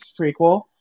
prequel